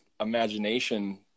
imagination